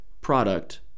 product